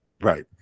Right